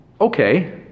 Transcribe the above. Okay